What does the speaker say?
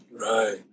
Right